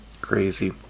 Crazy